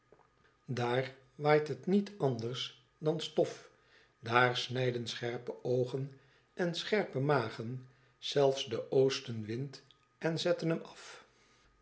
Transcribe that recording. daar waait het niets anders dan stof daar snijden scherpe oogen en scherpe magen zelfs den oostenwind en zetten hem af